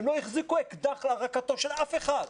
הם לא החזיקו אקדח לרקתו של אף אחד,